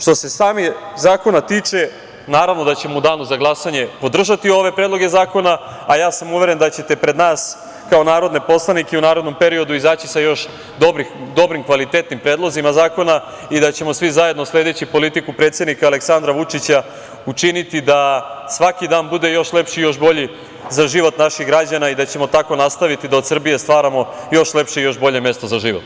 Što se samih zakona tiče, naravno da ćemo u danu za glasanje podržati ove predloge zakona, a ja sam uveren da ćete pred nas kao narodne poslanike i u narednom periodu izaći sa još dobrim, kvalitetnim predlozima zakona i da ćemo svi zajedno, sledeći politiku predsednika Aleksandra Vučića, učiniti da svaki dan bude još lepši i još bolji za život naših građana i da ćemo tako nastaviti da od Srbije stvaramo još lepše i još bolje mesto za život.